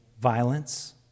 violence